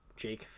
jake